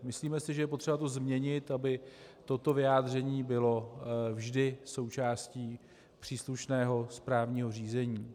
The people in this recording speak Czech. Myslíme si, že je to potřeba změnit, aby toto vyjádření bylo vždy součástí příslušného správního řízení.